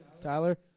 Tyler